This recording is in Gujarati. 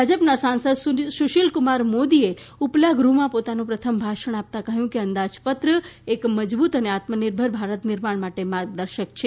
ભાજપના સાંસદ સુશીલ કુમાર મોદીએ ઉપલા ગૃહમાં પોતાનું પ્રથમ ભાષણ આપતાં કહ્યું કે અંદાજપત્ર એક મજબૂત અને આત્મનિર્ભર ભારત નિર્માણ માટે માર્ગદર્શક છે